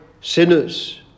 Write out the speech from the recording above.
sinners